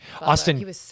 Austin